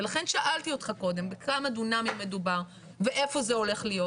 ולכן שאלתי אותך קודם בכמה דונמים מדובר ואיפה זה הולך להיות.